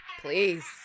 Please